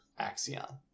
Axion